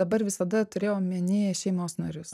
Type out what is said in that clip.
dabar visada turėjau omenyje šeimos narius